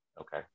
Okay